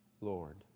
Lord